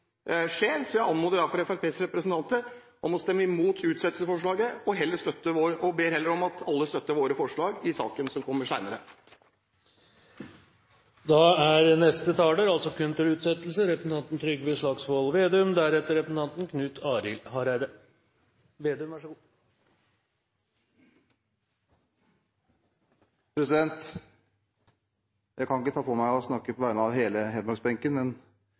så jeg anmoder Fremskrittspartiets representanter om å stemme imot utsettelsesforslaget og ber heller om at alle støtter våre forslag i saken, som kommer senere. Jeg kan ikke påta meg å snakke på vegne av hele hedmarksbenken, men føler meg helt trygg på at så